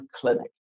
clinic